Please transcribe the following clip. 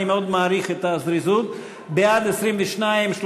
זאת אומרת הסתייגויות 5, 6,